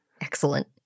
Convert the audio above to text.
Excellent